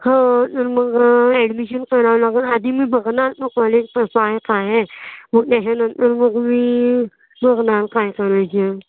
हं तर मग ॲडमिशन करावं लागेल आधी मी बघणार तो कॉलेज कसं आहे काय आहे मग त्याच्यानंतर मग मी बघणार काय करायचं आहे